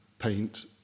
paint